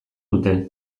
dute